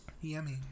yummy